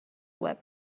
web